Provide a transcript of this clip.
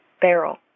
barrel